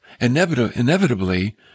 inevitably